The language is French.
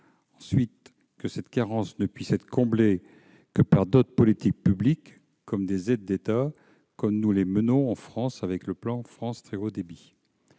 ensuite, que cette carence ne peut pas être comblée par d'autres politiques publiques comme des aides d'État, comme nous les menons en France avec le plan France Très haut débit.